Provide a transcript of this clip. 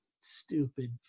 stupid